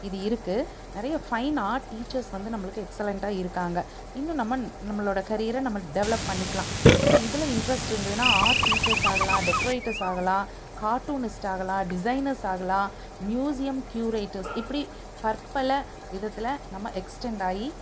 இது இருக்குது நிறைய ஃபைன் ஆர்ட் டீச்சர்ஸ் வந்து நம்மளுக்கு எக்ஸலெண்ட்டாக இருக்காங்க இன்னும் நம்ம நம்மளோட கெரியரை நம்ம டெவலப் பண்ணிக்கலாம் இப்போ இதில் இன்ட்ரெஸ்ட் இருந்ததுன்னா ஆர்ட் டீச்சர்ஸ் ஆகலாம் டெக்ரேட்டர்ஸ் ஆகலாம் கார்ட்டூனிஸ்ட் ஆகலாம் டிசைனர்ஸ் ஆகலாம் மியூசியம் கியூரேட்டர்ஸ் இப்படி பற்பல விதத்தில் நம்ம எக்ஸ்டண்ட் ஆகி